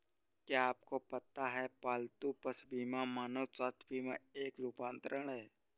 क्या आपको पता है पालतू पशु बीमा मानव स्वास्थ्य बीमा का एक रूपांतर है?